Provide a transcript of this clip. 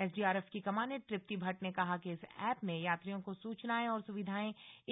SDRF की commandant Tripti Bhatt ने कहा कि इस एप में यात्रियों को सूचनाएं और सुविधाएं